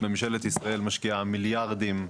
מדינת